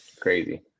crazy